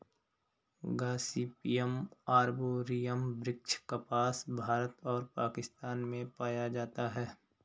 Gossypium arboreum वृक्ष कपास, भारत और पाकिस्तान में पाया जाता है